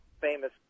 famous